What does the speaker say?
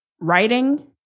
writing